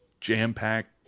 jam-packed